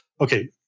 okay